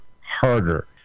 harder